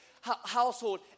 household